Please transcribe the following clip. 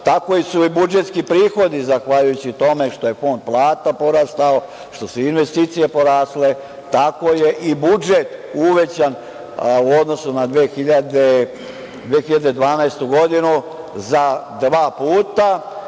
su i budžetski prihodi zahvaljujući tome što je fond plata porastao, što su investicije porasle, tako je i budžet uvećan u odnosu na 2012. godinu za dva puta